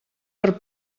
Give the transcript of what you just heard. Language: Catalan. per